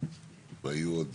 והיו עוד